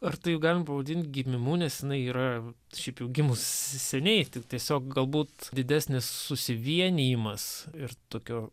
ar tai galim pavadint gimimu nes jinai yra šiaip jau gimus seniai tiesiog galbūt didesnis susivienijimas ir tokio